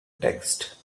text